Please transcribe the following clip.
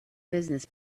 business